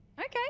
Okay